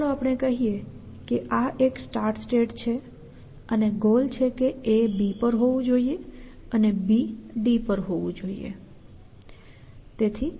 ચાલો આપણે કહીએ કે આ એક સ્ટાર્ટ સ્ટેટ છે અને ગોલ છે કે A B પર હોવું જોઈએ અને B D પર હોવું જોઈએ